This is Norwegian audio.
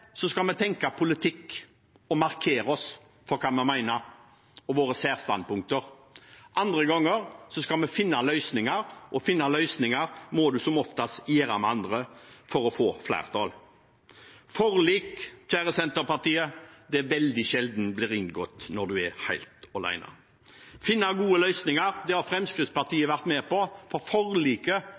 skal vi tenke politikk og markere oss med hva vi mener, og med våre særstandpunkter. Andre ganger skal vi finne løsninger, og å finne løsninger må en som oftest gjøre med andre for å få flertall. Forlik, kjære Senterpartiet, blir veldig sjelden inngått når en er helt alene. Å finne gode løsninger har Fremskrittspartiet vært med på, for forliket